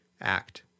Act